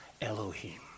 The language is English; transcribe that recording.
Elohim